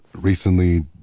recently